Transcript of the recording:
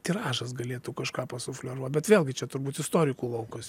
tiražas galėtų kažką pasufleruot bet vėlgi čia turbūt istorikų laukas